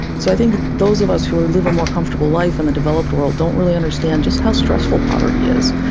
so i think those of us who live a more comfortable life in the developed world don't really understand just how stressful poverty is,